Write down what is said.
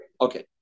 Okay